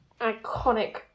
iconic